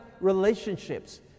relationships